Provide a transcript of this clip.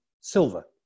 silver